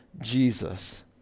Jesus